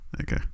Okay